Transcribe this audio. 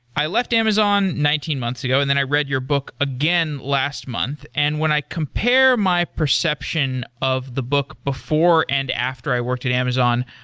i left amazon nineteen months ago and then i read your book again last month. and when i compare my perception of the book before and after i worked at amazon,